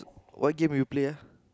what game you play ah